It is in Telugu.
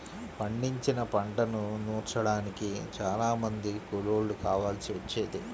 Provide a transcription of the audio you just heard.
పండించిన పంటను నూర్చడానికి చానా మంది కూలోళ్ళు కావాల్సి వచ్చేది